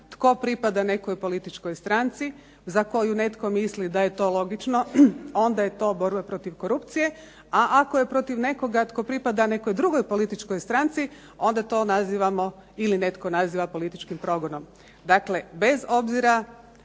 tko pripada nekoj političkoj stranci za koju netko misli da je to logično, onda je to borba protiv korupcije, a ako je protiv nekoga tko pripada nekoj drugoj političkoj stranci, onda to nazivamo ili netko naziva političkim progonom. Dakle, bez obzira